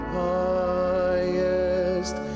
highest